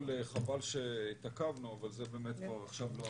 חבל שהתעכבנו אבל זה באמת כבר עכשיו לא